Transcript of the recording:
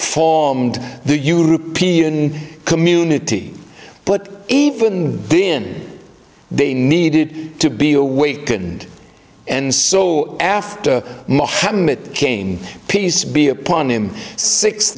formed the european community but even then they needed to be awakened and so after mohammed came peace be upon him six